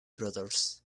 brothers